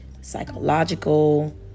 psychological